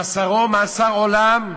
מאסרו מאסר עולם,